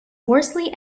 worsley